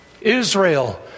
Israel